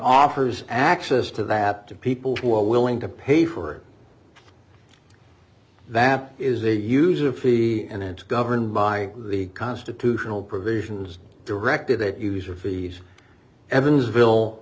offers access to that to people who are willing to pay for that is a user fee and it's governed by the constitutional provisions directed at user fees evansville